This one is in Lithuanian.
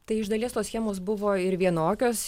tai iš dalies tos schemos buvo ir vienokios